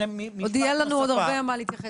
עוד יהיה לנו הרבה מה להתייחס.